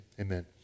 amen